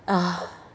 ah